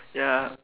ya